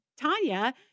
Tanya